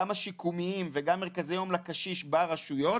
גם השיקומיים וגם מרכזי יום לקשיש ברשויות,